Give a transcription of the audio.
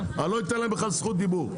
אני לא אתן להם בכלל זכות דיבור.